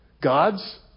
God's